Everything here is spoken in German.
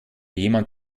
jemand